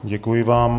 Děkuji vám.